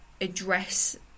address